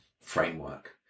framework